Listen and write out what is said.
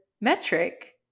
metric